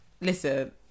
listen